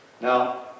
Now